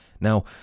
Now